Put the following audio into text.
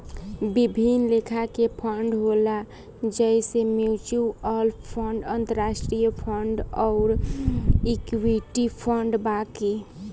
विभिन्न लेखा के फंड होला जइसे म्यूच्यूअल फंड, अंतरास्ट्रीय फंड अउर इक्विटी फंड बाकी